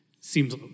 seems